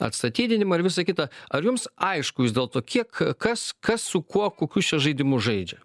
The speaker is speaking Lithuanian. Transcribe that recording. atstatydinimą ir visa kita ar jums aišku vis dėlto kiek kas kas su kuo kokius čia žaidimus žaidžia